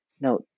no